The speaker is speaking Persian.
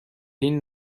این